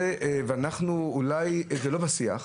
זה לא בשיח,